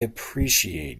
appreciate